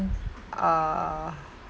uh